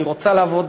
אני רוצה לעבוד.